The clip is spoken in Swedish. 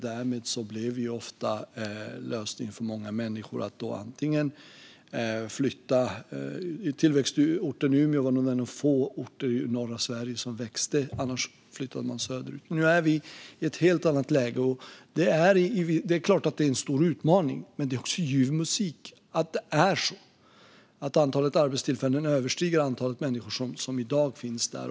Därmed blev ofta lösningen för många människor att antingen flytta till tillväxtorten Umeå, som var en av få orter i norra Sverige som växte, eller att flytta söderut. Nu är vi i ett helt annat läge. Det är klart att det är en stor utmaning, men det är också ljuv musik att det är så att antalet arbetstillfällen överstiger antalet människor som i dag finns där.